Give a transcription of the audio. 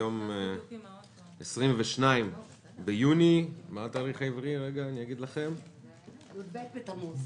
היום 22 ביוני 2021, י"ב בתמוז